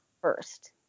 first